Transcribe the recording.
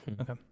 Okay